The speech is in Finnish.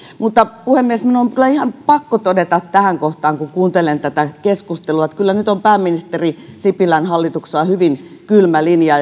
puhemies minun on kyllä ihan pakko todeta tähän kohtaan kun kuuntelen tätä keskustelua että kyllä nyt on pääministeri sipilän hallituksessa ja hallituspuolueilla hyvin kylmä linja